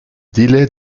délais